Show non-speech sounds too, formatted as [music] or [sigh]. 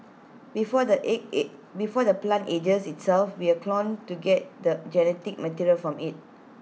before the [unintelligible] before the plant ages itself we clone to get the genetic material from IT